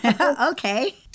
Okay